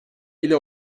ile